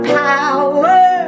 power